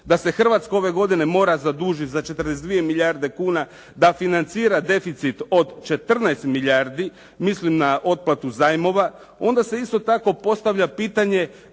da se Hrvatska ove godine mora zadužiti za 42 milijarde kuna da financira deficit od 14 milijardi, mislim na otplatu zajmova onda se isto tako postavlja pitanje